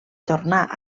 tornar